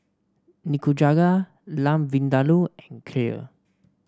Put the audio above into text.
Nikujaga Lamb Vindaloo and Kheer